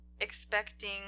expecting